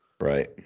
Right